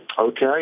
okay